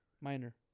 Minor